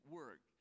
work